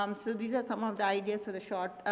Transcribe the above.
um so these are some of the ideas for the short